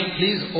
please